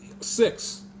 six